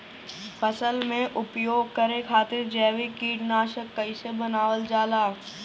फसल में उपयोग करे खातिर जैविक कीटनाशक कइसे बनावल जाला?